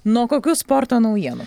nuo kokių sporto naujienų